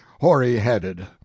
hoary-headed